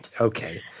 Okay